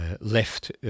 left